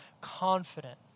confident